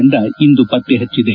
ತಂಡ ಇಂದು ಪತ್ತೆ ಹಚ್ಚಿದೆ